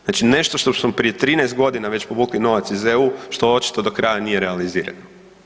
Znači nešto što smo prije 13.g. već povukli novac iz EU, što očito do kraja nije realizirano.